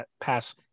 pass